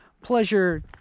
pleasure